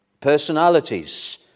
personalities